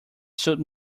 suit